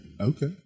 Okay